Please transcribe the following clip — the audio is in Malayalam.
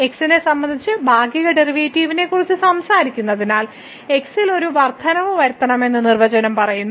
x നെ സംബന്ധിച്ച് ഭാഗിക ഡെറിവേറ്റീവിനെക്കുറിച്ച് സംസാരിക്കുന്നതിനാൽ x ൽ ഒരു വർദ്ധനവ് വരുത്തണമെന്ന് നിർവചനം പറയുന്നു